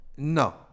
No